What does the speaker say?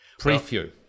Preview